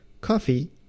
Coffee